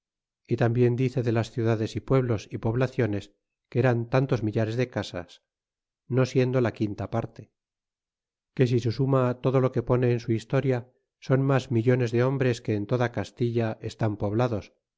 y tambien dice de las ciudades y pueblos y poblaciones que eran tantos millares de casas no siendo la quinta parte que si se suma todo lo que pone en su historia son mas millones de hombres que en toda castilla estan poblados